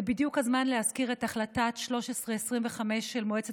זה בדיוק הזמן להזכיר את החלטת 1325 של מועצת